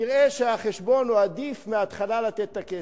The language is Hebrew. תראה שהחשבון הוא שעדיף מההתחלה לתת את הכסף.